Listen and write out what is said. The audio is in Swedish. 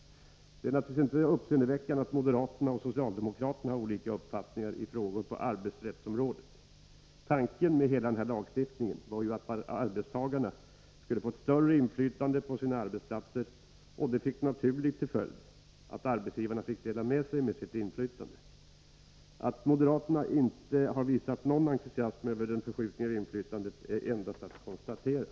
Det är naturligtvis inte uppseendeväckande att moderaterna och socialdemokraterna har olika uppfattningar i frågor på arbetsrättens område. Tanken med hela denna lagstiftning var ju att arbetstagarna skulle få ett större inflytande på sina arbetsplatser. Det fick naturligt till följd att arbetsgivarna fick dela med sig av sitt inflytande. Att moderaterna inte har visat någon entusiasm över förskjutningen i inflytandet är endast att konstatera.